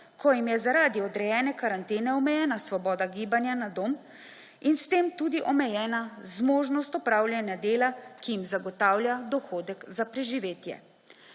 ko jim je zaradi odrejene karantene omejena svoboda gibanja na dom in s tem tudi omejena zmožnost opravljanja dela, ki jim zagotavlja dohodek za preživetje.